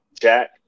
Jack